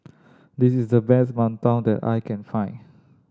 this is the best mantou that I can find